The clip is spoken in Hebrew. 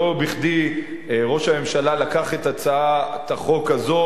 לא בכדי ראש הממשלה לקח את הצעת החוק הזו,